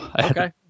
Okay